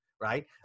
right